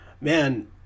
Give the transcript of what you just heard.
man